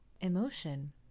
emotion